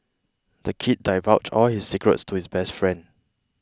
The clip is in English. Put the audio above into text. the kid divulged all his secrets to his best friend